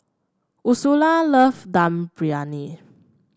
Ursula love Dum Briyani